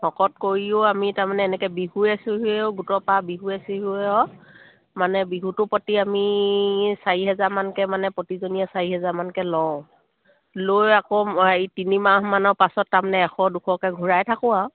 শকত কৰিও আমি তাৰমানে এনেকৈ বিহুৱে চিহুৱেও গোটৰ পা বিহুৱে চিহুৱেও মানে বিহুটোৰ প্ৰতি আমি চাৰি হেজাৰমানকৈ মানে প্ৰতিজনীয়ে চাৰি হেজাৰমানকৈ লওঁ লৈ আকৌ এই তিনি মাহমানৰ পাছত তাৰমানে এশ দুশকৈ ঘূৰাই থাকোঁ আৰু